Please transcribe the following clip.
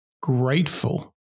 grateful